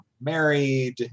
married